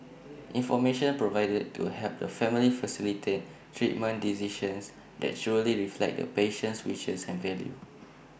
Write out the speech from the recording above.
information provided could help the family facilitate treatment decisions that truly reflect the patient's wishes and values